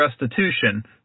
restitution